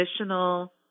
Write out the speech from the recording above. additional